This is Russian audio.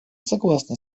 согласны